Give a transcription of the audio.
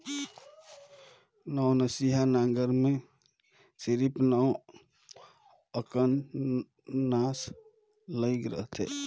नवनसिया नांगर मे सिरिप नव अकन नास लइग रहथे